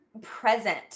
present